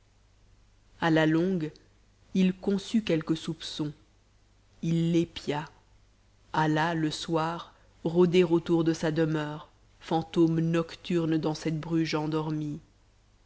à la longue il conçut quelques soupçons il l'épia alla le soir rôder autour de sa demeure fantôme nocturne dans cette bruges endormie